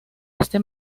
este